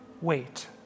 wait